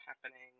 happening